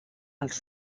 els